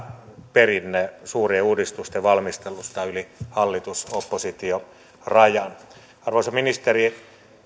perinne suurien uudistusten valmistelusta yli hallitus oppositio rajan arvoisa ministeri